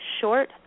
short